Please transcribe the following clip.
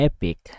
Epic